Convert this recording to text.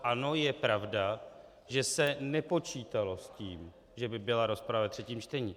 Ano, je pravda, že se nepočítalo s tím, že by byla rozprava ve třetím čtení.